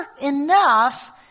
enough